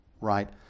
right